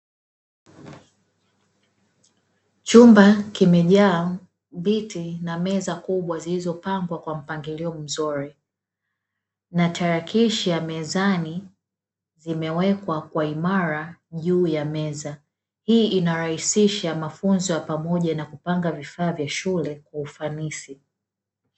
Chumba kimejaa viti na meza kubwa zilizopangwa kwa mpangilio mzuri, na tarakilishi ya mezani zimewekwa kwa mpangilio mzuri juu ya meza, hii inarahisisha mafunzo ya pamoja na kupanga vifaa vya shule kwa ufanisi.